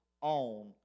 on